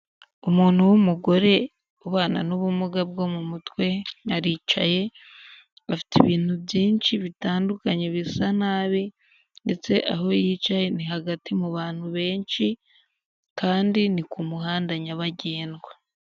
Umuntu w'umugore ubana n'ubumuga bwo mu mutwe aricaye afite ibintu byinshi bitandukanye bisa nabi ndetse aho yicaye ni hagati mu bantu benshi kandi ni ku muhanda nyabagendwa.